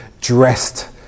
dressed